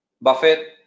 buffet